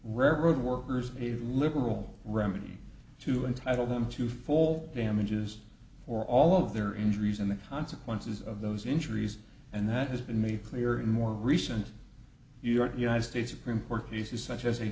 redbird workers a liberal remedy to entitle them to full damages for all of their injuries and the consequences of those injuries and that has been made clear in more recent you're united states supreme court he says such as a